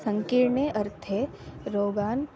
सङ्कीर्णे अर्थे रोगान्